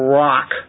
rock